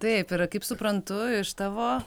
taip ir kaip suprantu iš tavo